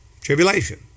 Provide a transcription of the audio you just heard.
tribulation